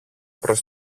προς